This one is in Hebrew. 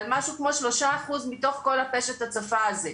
על משהו כמו 3% מכל פשט ההצפה הזה.